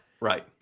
Right